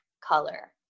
color